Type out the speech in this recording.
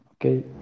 okay